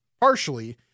partially